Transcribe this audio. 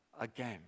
again